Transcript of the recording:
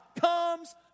comes